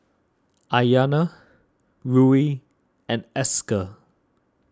Ayanna Ruie and Esker